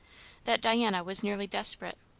that diana was nearly desperate.